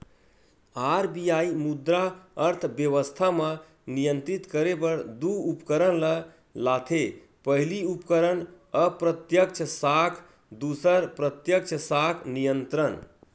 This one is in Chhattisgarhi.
आर.बी.आई मुद्रा अर्थबेवस्था म नियंत्रित करे बर दू उपकरन ल लाथे पहिली उपकरन अप्रत्यक्छ साख दूसर प्रत्यक्छ साख नियंत्रन